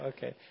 Okay